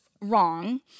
wrong